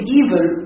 evil